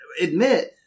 admit